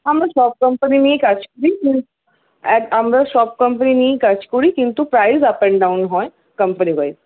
আমরা সব কোম্পানি নিয়েই কাজ করি কিন্তু এক আমরা সব কোম্পানি নিয়েই কাজ করি কিন্তু প্রায়ই আপ অ্যান্ড ডাউন হয় কোম্পানিওয়াইজ